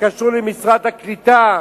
שקשור למשרד הקליטה.